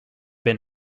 been